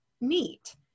neat